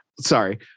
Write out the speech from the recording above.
Sorry